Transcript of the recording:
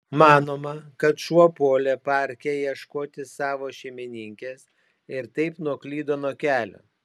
manoma kad šuo puolė parke ieškoti savo šeimininkės ir taip nuklydo nuo kelio